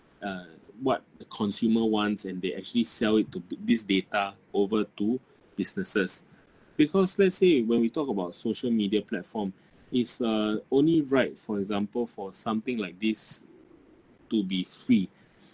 uh what the consumer wants and they actually sell it to this data over to businesses because let's say when we talk about social media platform it's uh only right for example for something like this to be free